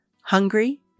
hungry